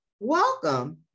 Welcome